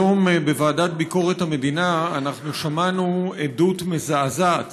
היום בוועדה לביקורת המדינה שמענו עדות מזעזעת